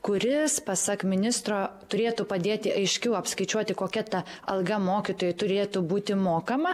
kuris pasak ministro turėtų padėti aiškiau apskaičiuoti kokia ta alga mokytojui turėtų būti mokama